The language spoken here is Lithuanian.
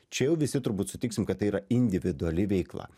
čia jau visi turbūt sutiksim kad tai yra individuali veikla